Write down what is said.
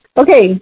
Okay